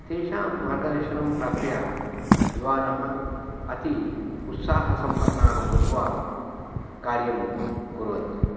तेषां मार्गदर्शनं प्राप्य युवानः अति उत्साहसम्पन्नाः भूत्वा कार्यं कुर्वन्ति